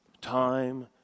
time